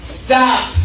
stop